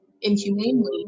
inhumanely